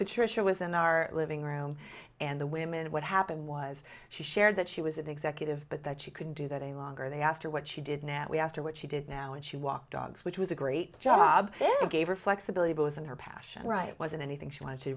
patricia was in our living room and the women what happened was she shared that she was an executive but that she couldn't do that any longer they asked her what she did now we asked her what she did now and she walked off which was a great job gave her flexibility both and her passion right it wasn't anything she wanted to